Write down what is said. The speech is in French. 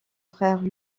frère